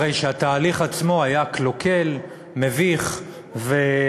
הרי התהליך עצמו היה קלוקל, מביך ולקוי.